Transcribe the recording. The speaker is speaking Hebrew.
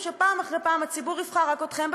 שפעם אחרי פעם הציבור יבחר רק אתכם,